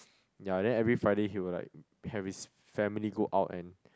ya then every Friday he will like have his family go out and